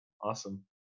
awesome